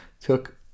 took